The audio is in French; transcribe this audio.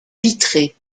vitré